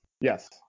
Yes